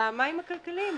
במים הכלכליים.